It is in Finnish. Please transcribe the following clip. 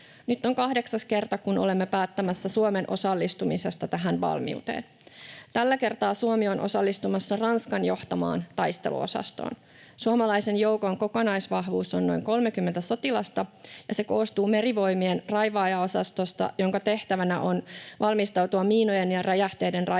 Nyt on kahdeksas kerta, kun olemme päättämässä Suomen osallistumisesta tähän valmiuteen. Tällä kertaa Suomi on osallistumassa Ranskan johtamaan taisteluosastoon. Suomalaisen joukon kokonaisvahvuus on noin 30 sotilasta, ja se koostuu Merivoimien raivaajaosastosta, jonka tehtävänä on valmistautua miinojen ja räjähteiden raivaamiseen